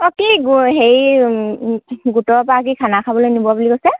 অঁ কি হেৰি গোটৰ পৰা কি খানা খাবলৈ নিব বুলি কৈছে